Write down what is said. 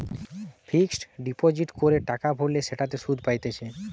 fixed deposit করে টাকা ভরলে সেটাতে সুধ পাইতেছে